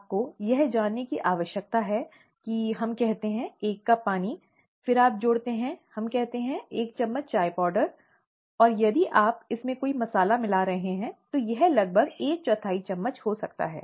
आपको यह जानने की आवश्यकता है कि हम कहते हैं एक कप पानी फिर आप जोड़ते हैं हम कहते हैं एक चम्मच चाय पाउडर और यदि आप इसमें कोई मसाला मिला रहे हैं तो यह लगभग एक चौथाई चम्मच हो सकता है